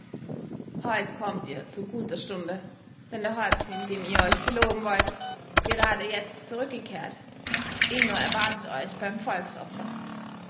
heut kommt ihr zu guter stunde denn der häuptling dem ihr euch geloben wollt ist gerade jetzt zurückgekehrt ingo erwartet euch beim